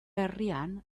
herrian